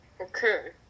Okay